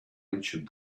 ancient